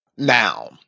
Now